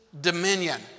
dominion